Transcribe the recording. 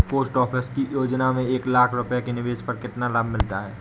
Post office की योजना में एक लाख रूपए के निवेश पर कितना लाभ मिलता है?